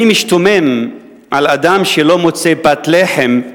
אני משתומם על אדם שלא מוצא פת לחם,